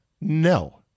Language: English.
No